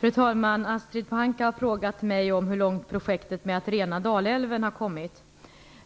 Fru talman! Ragnhild Pohanka har frågat mig om hur långt projektet med att rena Dalälven har kommit.